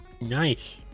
nice